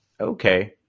Okay